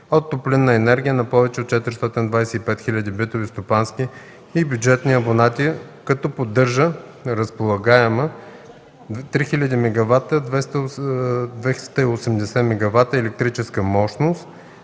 от топлинна енергия на повече от 425 000 битови, стопански и бюджетни абонати, като поддържа разполагаема 3 000 MW, 280 MW електрическа мощност,